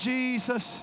Jesus